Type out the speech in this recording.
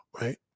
right